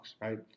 right